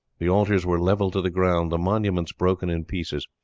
the altars were levelled to the ground, the monuments broken in pieces.